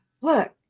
look